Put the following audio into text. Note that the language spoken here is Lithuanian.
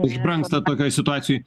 išbrangsta tokioj situacijoj